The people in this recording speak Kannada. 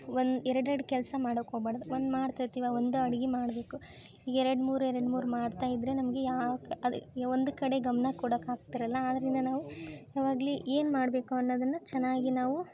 ಒಂದು ಎರಡೆರಡು ಕೆಲಸ ಮಾಡೋಕ್ಕೆ ಹೋಗ್ಬಾಡ್ದ್ ಒಂದು ಮಾಡ್ತಾ ಇರ್ತೀವಾ ಒಂದು ಅಡಿಗೆ ಮಾಡಬೇಕು ಈಗ ಎರಡು ಮೂರು ಎರಡು ಮೂರು ಮಾಡ್ತಾ ಇದ್ದರೆ ನಮಗೆ ಯಾವ್ಕ್ ಅದು ಒಂದು ಕಡೆ ಗಮನ ಕೊಡಕ್ಕೆ ಆಗ್ತಿರಲ್ಲ ಆದ್ದರಿಂದ ನಾವು ಅವಾಗ್ಲಿ ಏನು ಮಾಡಬೇಕು ಅನ್ನೋದನ್ನು ಚೆನ್ನಾಗಿ ನಾವು